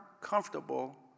comfortable